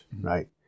right